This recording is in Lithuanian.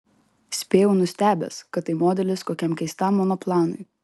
spėjau nustebęs kad tai modelis kokiam keistam monoplanui